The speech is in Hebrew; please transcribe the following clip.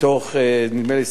מתוך, נדמה לי,